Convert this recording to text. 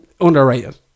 underrated